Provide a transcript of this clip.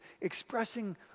expressing